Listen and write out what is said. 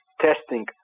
testing